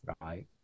right